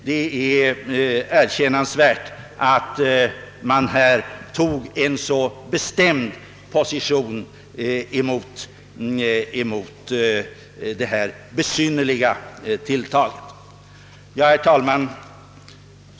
Det är erkännansvärt att man så bestämt tog ställning mot det här besynnerliga tilltaget. Herr talman!